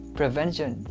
prevention